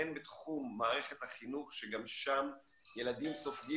הן בתחום מערכת החינוך שגם שם ילדים סופגים